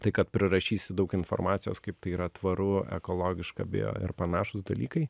tai kad prirašysi daug informacijos kaip tai yra tvaru ekologiška bio ir panašūs dalykai